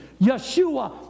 Yeshua